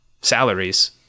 salaries